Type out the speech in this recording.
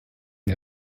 der